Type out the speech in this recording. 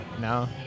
No